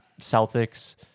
Celtics